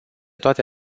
toate